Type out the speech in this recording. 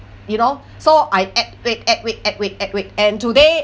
you know so I add weight add weight add weight add weight and today